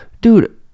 Dude